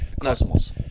Cosmos